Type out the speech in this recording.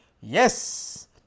Yes